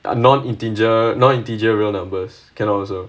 and non integer non integer real numbers cannot also